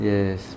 Yes